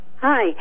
hi